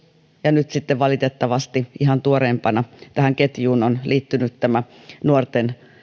ja nyt sitten valitettavasti ihan tuoreimpana tähän ketjuun ovat liittyneet nämä nuorten